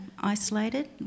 isolated